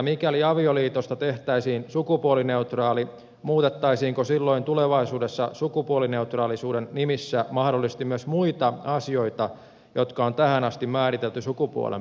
mikäli avioliitosta tehtäisiin sukupuolineutraali muutettaisiinko silloin tulevaisuudessa sukupuolineutraalisuuden nimissä mahdollisesti myös muita asioita jotka on tähän asti määritelty sukupuolen perusteella